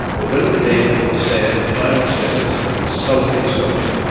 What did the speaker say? but when it came to the sad final service for this solitary soldier,